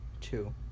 two